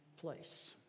place